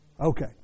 Okay